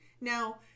Now